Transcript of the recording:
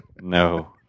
No